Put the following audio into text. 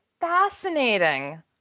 fascinating